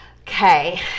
okay